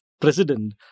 president